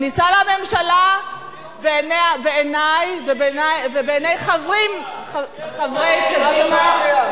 כניסה לממשלה בעיני ובעיני חברי קדימה,